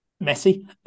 messy